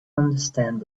understand